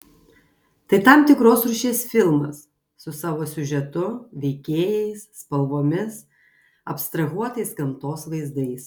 tai tam tikros rūšies filmas su savo siužetu veikėjais spalvomis abstrahuotais gamtos vaizdais